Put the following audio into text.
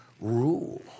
rule